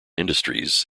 industries